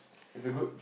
is a good